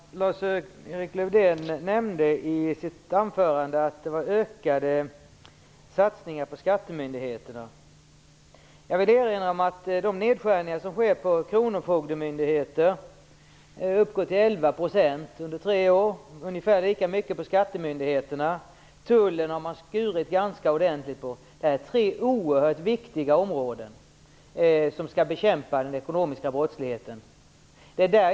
Fru talman! Lars-Erik Lövdén nämnde i sitt anförande att man gör ökade satsningar på skattemyndigheterna. Jag vill erinra om att de nedskärningar som sker på kronofogdemyndigheterna uppgår till 11 % under tre år. Nedskärningarna inom skattemyndigheterna är ungefär lika stora. Man har skurit ner ganska ordentligt för tullen. Detta är tre oerhört viktiga områden, där man sysslar med bekämpning av den ekonomiska brottsligheten.